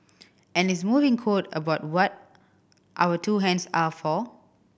and his moving quote about what our two hands are for